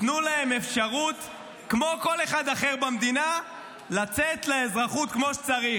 תנו להם אפשרות כמו כל אחד אחר במדינה לצאת לאזרחות כמו שצריך.